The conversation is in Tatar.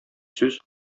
сүз